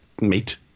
meat